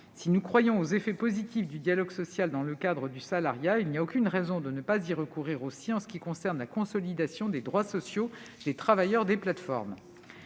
Si nous croyons aux effets positifs du dialogue social dans le cadre du salariat, il n'y a aucune raison de ne pas y recourir aussi pour consolider les droits sociaux des travailleurs des plateformes.